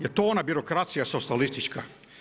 Jel' to ona birokracija socijalistička?